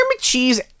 McCheese